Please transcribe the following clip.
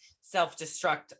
self-destruct